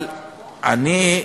אבל אני,